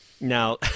Now